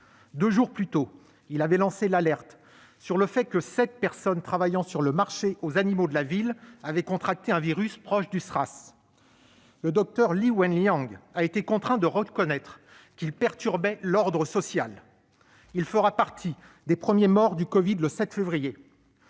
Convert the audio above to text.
Deux jours plus tôt, il avait lancé l'alerte sur le fait que sept personnes travaillant sur le marché aux animaux de la ville avaient contracté un virus proche du SRAS. Le docteur Li Wenliang a été contraint de reconnaître qu'il perturbait l'ordre social. Le 7 février 2020, il comptera parmi les premiers